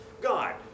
God